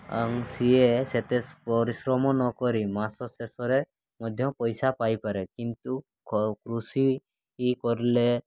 ଆଉ ସେ ସେତେ ପରିଶ୍ରମ ନକରି ମାସ ଶେଷରେ ମଧ୍ୟ ପଇସା ପାଇପାରେ କିନ୍ତୁ କୃଷି କରିଲେ